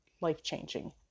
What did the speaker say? life-changing